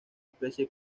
especie